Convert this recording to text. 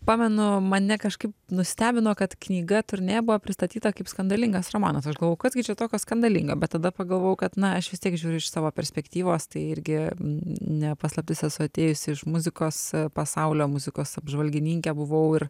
pamenu mane kažkaip nustebino kad knyga turnė buvo pristatyta kaip skandalingas romanas aš galvojau kas gi čia tokio skandalingo bet tada pagalvojau kad na aš vis tiek žiūriu iš savo perspektyvos tai irgi ne paslaptis esu atėjusi iš muzikos pasaulio muzikos apžvalgininkė buvau ir